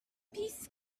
peace